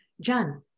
John